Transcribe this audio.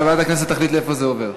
וועדת הכנסת תחליט לאן זה עובר.